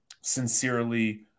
sincerely